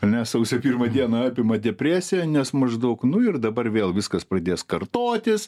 ane sausio pirmą dieną apima depresija nes maždaug nu ir dabar vėl viskas pradės kartotis